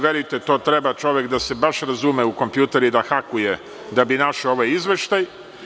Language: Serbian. Verujte, to treba čovek da se baš razume u kompjuter i da hakuje da bi našao ovaj izveštaj.